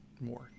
more